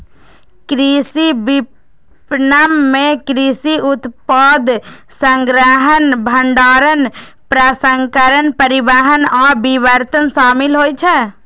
कृषि विपणन मे कृषि उत्पाद संग्रहण, भंडारण, प्रसंस्करण, परिवहन आ वितरण शामिल होइ छै